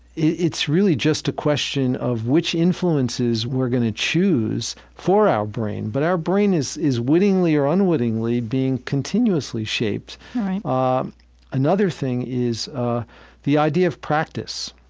it's really just a question of which influences we're going to choose for our brain. but our brain is is wittingly or unwittingly being continuously shaped right ah um another thing is ah the idea of practice.